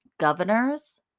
Governors